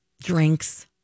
drinks